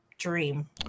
dream